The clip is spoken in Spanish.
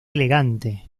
elegante